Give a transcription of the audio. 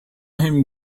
him